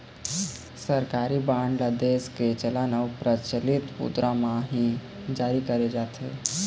सरकारी बांड ल देश के चलन अउ परचलित मुद्रा म ही जारी करे जाथे